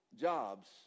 jobs